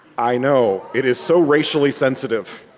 i know it is so racially sensitive.